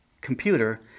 computer